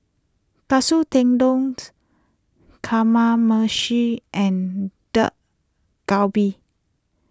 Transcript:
Katsu Tendont Kamameshi and Dak Galbi